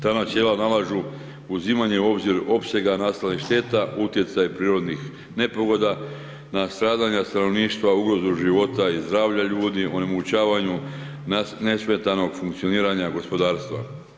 Ta načela nalažu uzimanje u obzir opsega nastalih šteta, utjecaj prirodnih nepogoda na stradanja stanovništva, ugrozu života i zdravlja ljudi, onemogućavanju nesmetanog funkcioniranja gospodarstva.